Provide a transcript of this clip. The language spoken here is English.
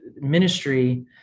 ministry